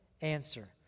answer